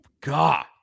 God